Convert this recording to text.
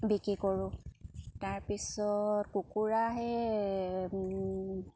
বিক্ৰী কৰোঁ তাৰপিছত কুকুৰাহে